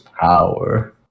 power